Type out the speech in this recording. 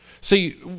See